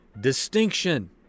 Distinction